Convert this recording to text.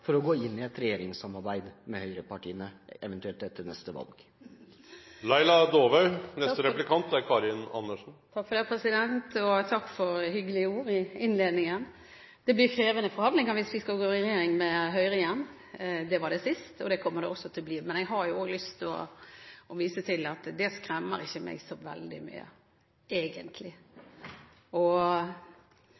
for å gå inn i et eventuelt regjeringssamarbeid med høyrepartiene etter neste valg? Takk for hyggelige ord i innledningen. Det blir krevende forhandlinger hvis vi skal gå inn i regjering med Høyre igjen. Det var det sist, og det kommer det også til å bli nå, men det skremmer meg egentlig ikke så veldig mye. Bakgrunnen for det er min egen erfaring fra å være statsråd i Bondevik II-regjeringen, med Høyre og Venstre, hvor bistandsbudsjettet ble det